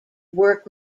work